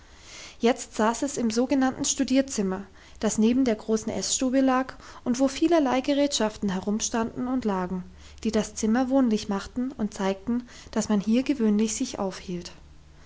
jetzt saß es im so genannten studierzimmer das neben der großen essstube lag und wo vielerlei gerätschaften herumstanden und lagen die das zimmer wohnlich machten und zeigten dass man hier gewöhnlich sich aufhielt